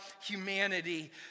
humanity